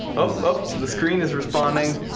oh, so the screen is responding